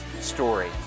story